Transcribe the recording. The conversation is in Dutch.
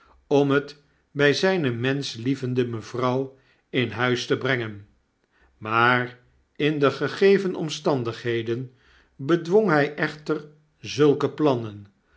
om het by zyne menschlievende mevrouw in huis te brengen maar in de gegeven omstandigheden bedwong hy echter zulkeplannen